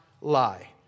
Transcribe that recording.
lie